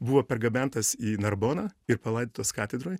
buvo pergabentas į narboną ir palaidotas katedroj